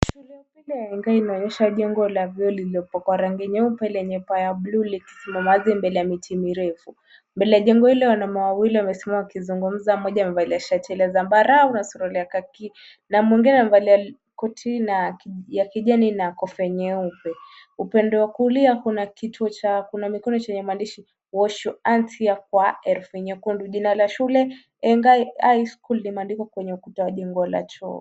Shule ya upili ya Engai inaonyesha jengo la vioo lililopakwa rangi nyeupe lenye paa ya bluu likisimama mbele ya miti mirefu. Mbele ya jengo hilo wanaume wawili wamesimama wakizungumza, mmoja amevalia shati la zambarau na suruali ya khaki na mwengine amevalia koti ya kijani na kofia nyeupe. Upande wa kulia kuna kituo cha kunawa mikono chenye maandishi wash your hands here kwa herufi nyekundu. Jina la shule Engai high school, limeandikwa kwenye ukuta wa jengo la choo.